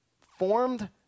formed